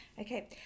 okay